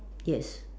yes